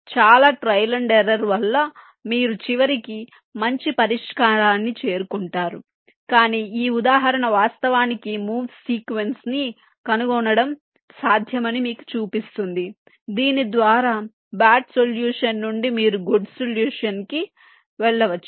చాలా trial and error వల్ల మీరు చివరికి మంచి పరిష్కారాన్ని చేరుకుంటారు కాని ఈ ఉదాహరణ వాస్తవానికి మూవ్స్ సీక్వెన్స్ ని కనుగొనడం సాధ్యమని మీకు చూపిస్తుంది దీని ద్వారా బాడ్ సొల్యూషన్ నుండి మీరు గుడ్ సొల్యూషన్ కి వెళ్ళవచ్చు